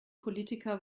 politiker